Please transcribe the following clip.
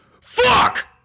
Fuck